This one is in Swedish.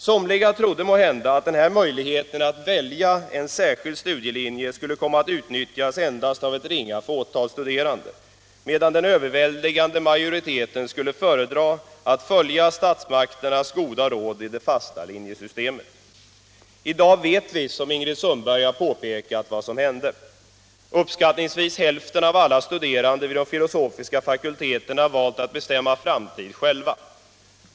Somliga trodde måhända att denna möjlighet att välja särskild studielinje skulle komma att utnyttjas endast av ett ringa antal studerande, medan den överväldigande majoriteten skulle föredra att följa statsmakternas goda råd i det fasta linjesystemet. I dag vet vi vad som hände. Uppskattningsvis hälften av alla studerande vid de filosofiska fakulteterna har valt att bestämma framtid själva.